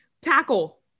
Tackle